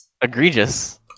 Egregious